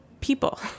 people